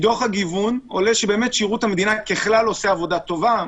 מדוח הגיוון עולה ששירות המדינה ככלל עושה עבודה טובה.